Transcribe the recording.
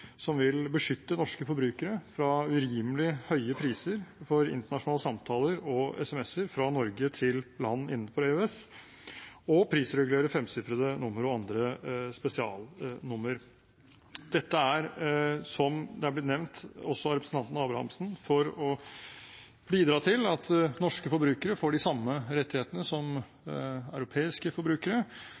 som vil beskytte norske forbrukere fra urimelig høye priser på internasjonale samtaler og SMS-er fra Norge til land innenfor EØS og prisregulere femsifrede nummer og andre spesialnummer. Dette er, som er blitt nevnt av representanten Abrahamsen også, for å bidra til at norske forbrukere får de samme rettighetene som europeiske forbrukere.